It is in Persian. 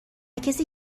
کسی